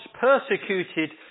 persecuted